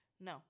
no